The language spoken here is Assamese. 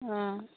অঁ